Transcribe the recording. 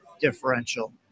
differential